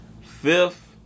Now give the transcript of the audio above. Fifth